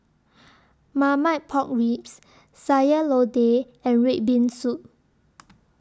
Marmite Pork Ribs Sayur Lodeh and Red Bean Soup